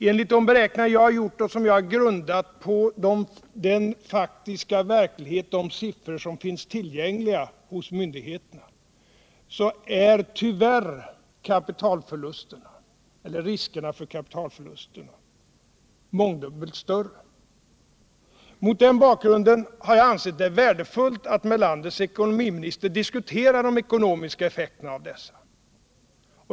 Enligt de beräkningar som jag har gjort, och som jag har grundat på de faktiska siffror som finns tillgängliga hos myndigheterna, är tyvärr riskerna för kapitalförluster mångdubbelt större. Mot den bakgrunden har jag ansett det värdefullt att med landets ekonomiminister diskutera de ekonomiska effekterna.